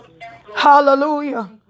Hallelujah